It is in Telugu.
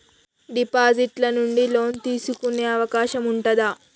డిపాజిట్ ల నుండి లోన్ తీసుకునే అవకాశం ఉంటదా?